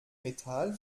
metall